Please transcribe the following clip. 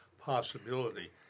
possibility